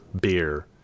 beer